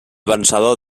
vencedor